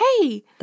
hey